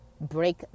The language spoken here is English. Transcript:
break